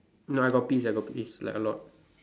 no I got peas I got peas like a lot